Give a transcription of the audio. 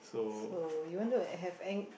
so you want to have an